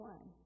One